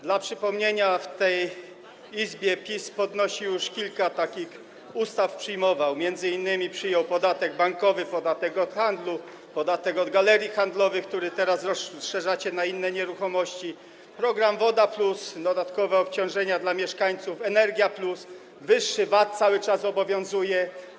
Dla przypomnienia, w tej Izbie PiS już kilka takich ustaw przyjmował, m.in. przyjął podatek bankowy, podatek od handlu, podatek od galerii handlowych, który teraz rozszerzacie na inne nieruchomości, program woda+, dodatkowe obciążenia dla mieszkańców, energia+, wyższy VAT cały czas obowiązuje.